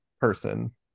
person